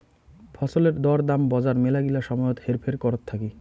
ফছলের দর দাম বজার মেলাগিলা সময়ত হেরফের করত থাকি